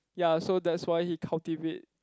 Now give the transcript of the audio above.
ya so that's why he cultivate